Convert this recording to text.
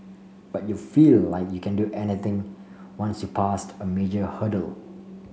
but you feel like you can do anything once you passed a major hurdle